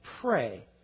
pray